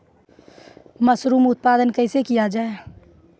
Mushroom उत्पादन कैसे किया जाय?